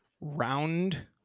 round